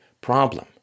problem